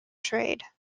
trade